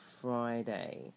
Friday